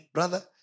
Brother